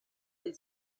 del